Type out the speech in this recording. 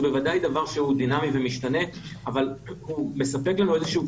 זה בוודאי דבר שהוא דינמי ומשתנה אבל הוא מספק לנו איזשהו